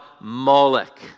Moloch